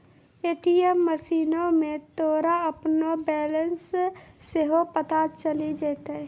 ATM मशीनो मे तोरा अपनो बैलेंस सेहो पता चलि जैतै